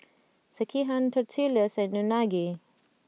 Sekihan Tortillas and Unagi